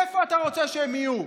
איפה אתה רוצה שהם יהיו?